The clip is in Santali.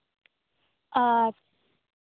ᱚᱸᱻ